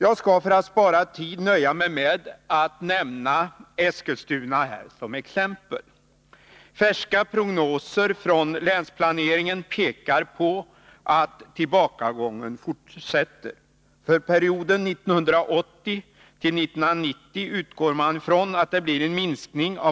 Jag skall för att spara tid nöja mig med att ta Eskilstuna som exempel. Färska prognoser från länsplaneringen pekar på att tillbakagången fortsätter. För perioden 1980-1990 utgår man från att